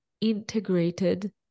integrated